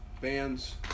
bands